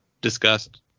discussed